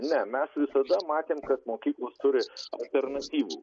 ne mes visada matėm kad mokyklos turi alternatyvų